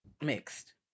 mixed